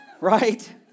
Right